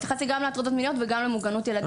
בגלל זה התייחסנו גם למוגנות ילדים.